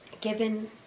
Given